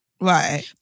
Right